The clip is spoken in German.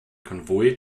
konvoi